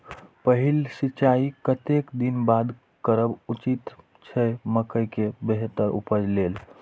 पहिल सिंचाई कतेक दिन बाद करब उचित छे मके के बेहतर उपज लेल?